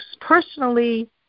personally